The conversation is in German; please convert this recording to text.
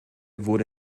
wurde